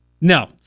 No